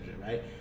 right